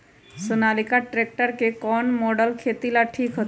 Sonalika tractor के कौन model खेती ला ठीक होतै?